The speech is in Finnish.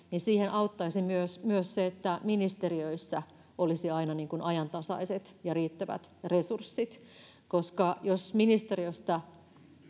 auttaisi myös myös se että ministeriöissä olisi aina ajantasaiset ja riittävät resurssit jos ministeriöstä